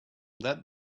that